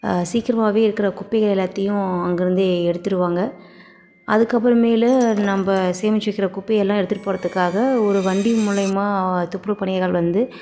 சீக்கிரமாகவே இருக்கிற குப்பைகள் எல்லாத்தையும் அங்கேருந்தே எடுத்துடுவாங்க அதுக்கப்புறமேலு நம்ம சேமித்து வைக்கிற குப்பையெல்லாம் எடுத்துகிட்டு போகிறத்துக்காக ஒரு வண்டி மூலிமா துப்புரவு பணியாள் வந்து